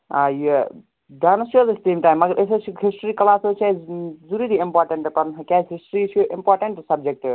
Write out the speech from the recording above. آ یہِ ڈانٕس چھِ حٲز أمہ پَتہٕ مگر أسۍ حٲز چھِ ہسٹری کٕلاس حٲز چھِ اَسہِ ضروٗری اِمپاٹنٛٹ پَرُن حٲز کیازِ ہسٹری چھُ اِمپاٹنٛٹ سبجَکٹ